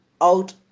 out